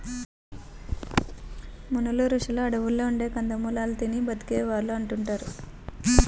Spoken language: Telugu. మునులు, రుషులు అడువుల్లో ఉండే కందమూలాలు తిని బతికే వాళ్ళు అంటుంటారు